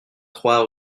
trois